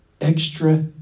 extra